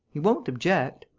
he won't object.